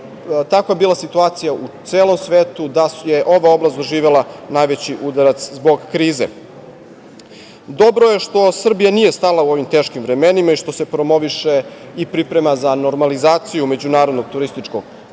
takva bila situacija u celom svetu, da je ova oblast doživela najveći udarac zbog krize. Dobro je što Srbija nije stala u ovim teškim vremenima i što se promoviše i priprema za normalizaciju međunarodnog turističkog prometa.